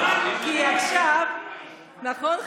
נכון,